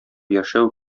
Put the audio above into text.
яшәү